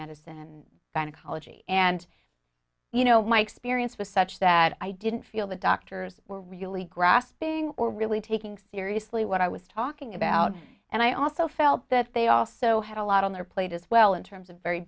medicine and gynecology and you know my experience was such that i didn't feel the doctors were really grasping or really taking seriously what i was talking about and i also felt that they also had a lot on their plate as well in terms of very